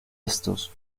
estos